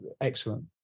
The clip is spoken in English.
excellent